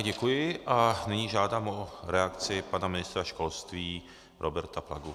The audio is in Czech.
Děkuji a nyní žádám o reakci pana ministra školství Roberta Plagu.